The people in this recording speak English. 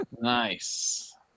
Nice